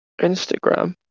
Instagram